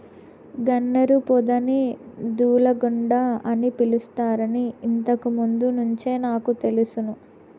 గన్నేరు పొదని దూలగుండ అని పిలుస్తారని ఇంతకు ముందు నుంచే నాకు తెలుసును